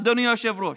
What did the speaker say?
אדוני היושב-ראש.